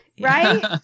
Right